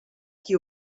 qui